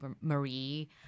Marie